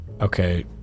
Okay